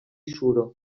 suro